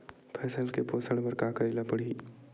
फसल के पोषण बर का करेला पढ़ही?